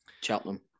Cheltenham